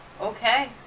okay